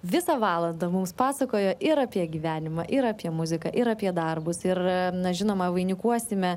visą valandą mums pasakojo ir apie gyvenimą ir apie muziką ir apie darbus ir na žinoma vainikuosime